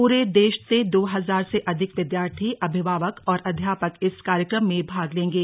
पूरे देश से दो हजार से अधिक विद्यार्थी अभिभावक और अध्यापक इस कार्यक्रम में भाग लेंगे